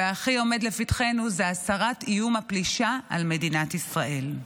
והכי עומד לפתחנו הוא הסרת איום הפלישה על מדינת ישראל.